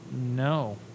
no